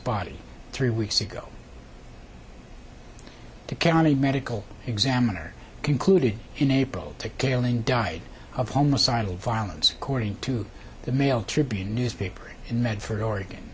body three weeks ago the county medical examiner concluded enabled the killing died of homo sidle violence according to the mail tribune newspaper in medford oregon